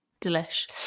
Delish